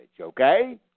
okay